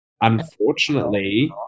unfortunately